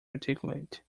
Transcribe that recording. articulate